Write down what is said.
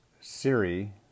Siri